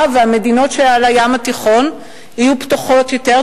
ומדינות הים התיכון יהיו פתוחות יותר,